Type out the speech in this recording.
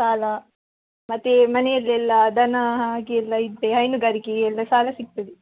ಸಾಲ ಮತ್ತು ಮನೆಲೆಲ್ಲಾ ದನ ಹಾಗೆಲ್ಲ ಇದ್ದರೆ ಹೈನುಗಾರಿಕೆ ಎಲ್ಲ ಸಾಲ ಸಿಗ್ತದೆ